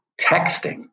texting